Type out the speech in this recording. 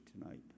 tonight